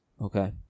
Okay